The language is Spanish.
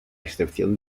excepción